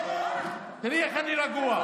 תראי איך אני רגוע.